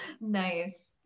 Nice